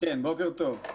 בוקר טוב.